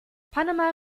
panama